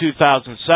2007